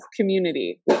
community